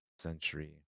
century